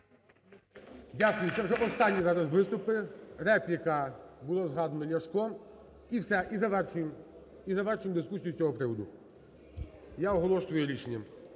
Дякую. Це вже останній зараз виступ. Репліка, було згадано Ляшка. І все, і завершуємо. І завершуємо дискусію з цього приводу. Я оголошую рішення.